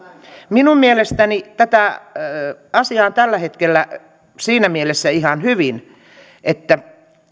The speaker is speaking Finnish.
minun mielestäni tämä asia on tällä hetkellä siinä mielessä ihan hyvin että